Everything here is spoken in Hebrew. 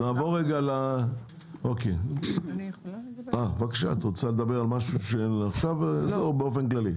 את רוצה לדבר באופן כללי?